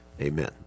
amen